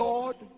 Lord